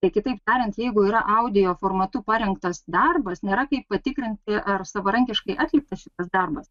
kitaip tariant jeigu yra audio formatu parengtas darbas nėra kaip patikrinti ar savarankiškai atliktas šitas darbas